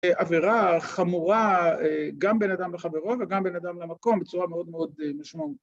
עבירה חמורה גם בין אדם לחברו וגם בין אדם למקום בצורה מאוד מאוד משמעותית.